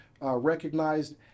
Recognized